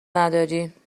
نداری